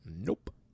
Nope